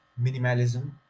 minimalism